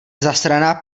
zasraná